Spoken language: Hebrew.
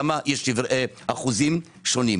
למה יש אחוזים שונים.